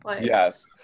Yes